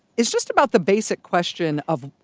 is just about the basic question of